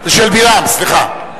של בלעם, סליחה.